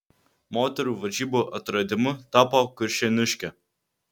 moterų varžybų atradimu tapo kuršėniškė